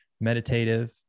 meditative